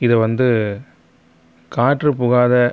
இதை வந்து காற்றுப்புகாத